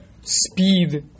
speed